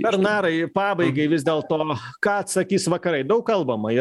bernarai pabaigai vis dėlto ką atsakys vakarai daug kalbama ir